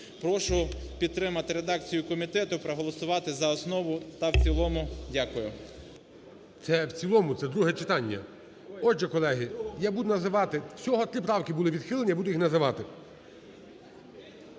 Прошу підтримати редакцію комітету і проголосувати за основу та в цілому. Дякую. ГОЛОВУЮЧИЙ. Це в цілому, це друге читання. Отже, колеги, я буду називати, всього три правки були відхилені, я буду їх називати.